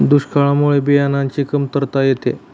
दुष्काळामुळे बियाणांची कमतरता येते